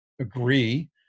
agree